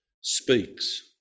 speaks